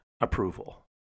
approval